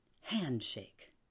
handshake